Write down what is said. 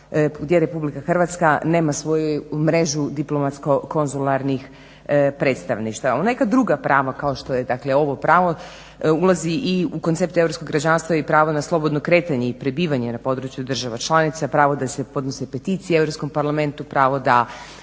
gdje Republika Hrvatska nema svoju mrežu diplomatsko konzularnih predstavništva. Ali neka druga prava kao što je dakle ovo pravo ulazi i u koncept europskog građanstva i pravo na slobodno kretanje i prebivanje na području država članica, pravo da se podnose peticije Europskom parlamentu, pravo da